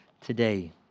today